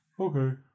Okay